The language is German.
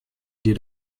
dir